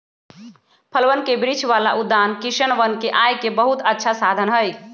फलवन के वृक्ष वाला उद्यान किसनवन के आय के बहुत अच्छा साधन हई